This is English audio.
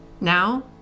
Now